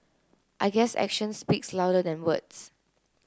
I guess action speaks louder than words